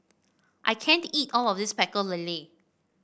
I can't eat all of this Pecel Lele